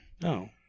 No